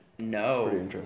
No